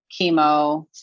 chemo